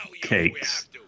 cakes